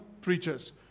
preachers